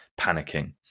panicking